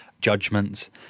judgments